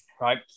right